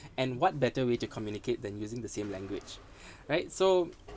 and what better way to communicate than using the same language right so